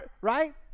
right